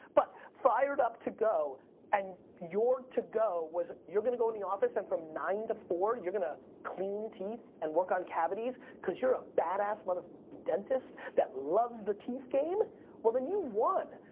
but fired up to go and your to go was you're gonna go in the office and from nine to four you're gonna clean teeth and work on cavities cause you're a badass, motherf dentist that loves the teeth game well then you've won.